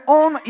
on